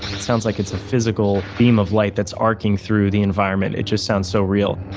it sounds like it's a physical beam of light that's arcing through the environment. it just sounds so real